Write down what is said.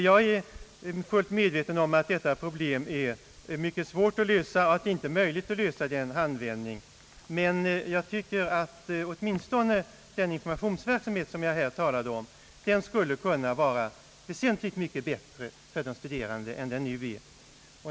Jag är fullt medveten om att detta problem är mycket svårt att lösa, och att det inte är möjligt att lösa det i en handvändning, men jag tycker att åtminstone den informationsverksamhet som jag här talat om skulle kunna vara väsentligt bättre än för närvarande.